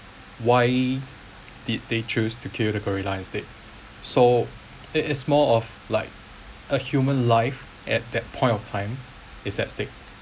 why did they choose to kill the gorilla instead so it's it's more of like a human life at that point of time is that stake